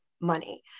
money